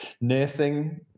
nursing